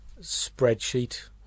spreadsheet